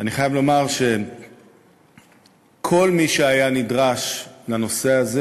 אני חייב לומר שכל מי שהיה נדרש לנושא הזה